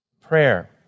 prayer